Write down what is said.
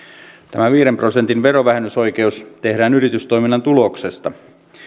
tämä viiden prosentin verovähennysoikeus tehdään yritystoiminnan tuloksesta